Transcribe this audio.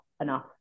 enough